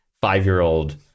five-year-old